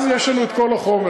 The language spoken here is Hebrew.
אז יהיה לנו את כל החומר.